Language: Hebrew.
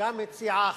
גם הציעה,